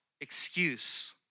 excuse